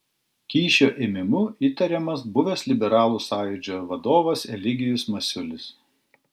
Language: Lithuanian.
kyšio ėmimu įtariamas buvęs liberalų sąjūdžio vadovas eligijus masiulis